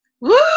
Woo